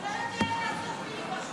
הוא לא יודע איך לעשות פיליבסטר.